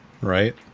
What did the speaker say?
right